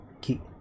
key